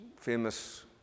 famous